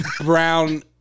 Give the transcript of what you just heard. brown